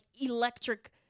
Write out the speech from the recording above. electric